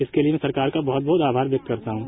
इसके लिए सरकार का बहुत बहुत आभार व्यक्त करता हूं